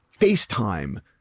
FaceTime